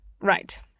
right